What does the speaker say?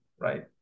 right